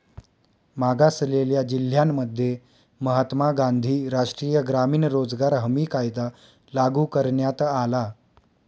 मागासलेल्या जिल्ह्यांमध्ये महात्मा गांधी राष्ट्रीय ग्रामीण रोजगार हमी कायदा लागू करण्यात आला